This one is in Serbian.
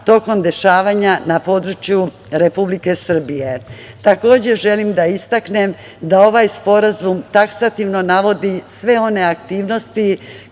tokom dešavanja na području Republike Srbije. Takođe, želim da istaknem da ovaj sporazum taksativno navodi sve one aktivnosti